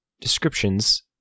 descriptions